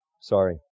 Sorry